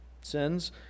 sins